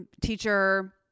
teacher